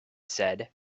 said